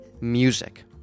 Music